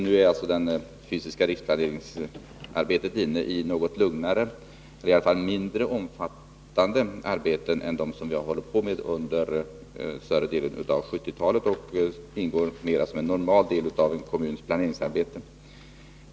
Nu är det fysiska riksplaneringsarbetet inne på något lugnare, i varje fall mindre omfattande, avsnitt än dem vi har hållit på med under större delen av 1970-talet. De nuvarande uppgifterna ingår mer som en normal del av en kommuns planeringsarbete.